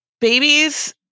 babies